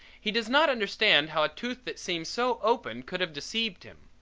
he does not understand how a tooth that seemed so open could have deceived him.